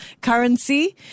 currency